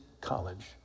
College